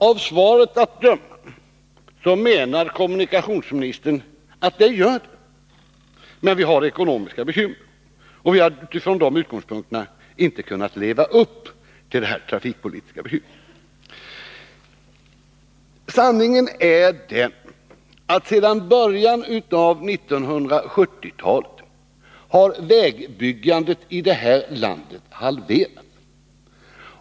Av svaret att döma menar kommunikationsministern att så är fallet, men vi har ekonomiska bekymmer och därför har vi inte kunnat leva upp till detta trafikpolitiska beslut. Sanningen är den, att sedan början av 1970-talet har vägbyggandet i detta land halverats.